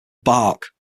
bark